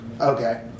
Okay